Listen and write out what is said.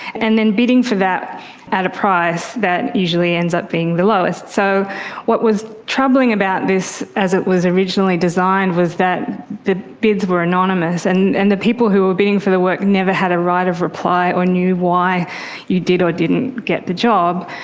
and then the bidding for that at a price that usually ends up being the lowest. so what was troubling about this as it was originally designed was that the bids were anonymous, and and the people who were bidding for the work never had a right of reply or knew why you did or didn't get the job.